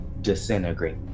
disintegrate